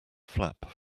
flap